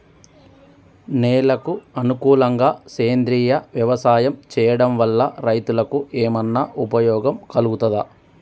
నేలకు అనుకూలంగా సేంద్రీయ వ్యవసాయం చేయడం వల్ల రైతులకు ఏమన్నా ఉపయోగం కలుగుతదా?